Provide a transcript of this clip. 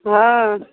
हँ